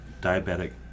diabetic